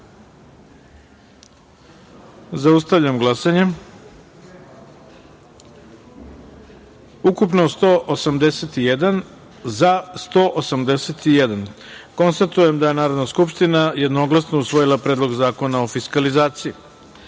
taster. Zaustavljam glasanje: ukupno 181, za – 181.Konstatujem da je Narodna skupština jednoglasno usvojila Predlog zakona o fiskalizaciji. Tačka